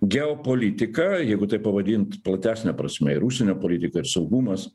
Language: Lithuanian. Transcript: geopolitika jeigu taip pavadint platesne prasme ir užsienio politika ir saugumas